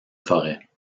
forêt